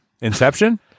Inception